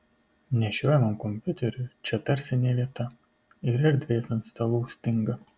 nešiojamajam kompiuteriui čia tarsi ne vieta ir erdvės ant stalų stinga